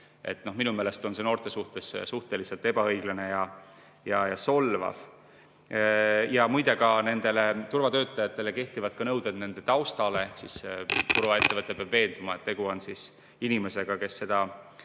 Minu meelest on see noorte suhtes suhteliselt ebaõiglane ja solvav. Ja muide, ka nendele turvatöötajatele kehtivad nõuded nende taustale ehk turvaettevõte peab veenduma, et tegu on inimesega, kes seda